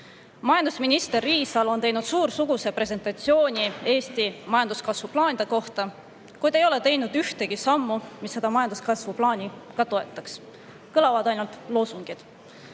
Majandusminister Riisalo on teinud suursuguse presentatsiooni Eesti majanduskasvu plaanide kohta, kuid ei ole teinud ühtegi sammu, mis seda majanduskasvu plaani toetaks. Kõlavad ainult loosungid.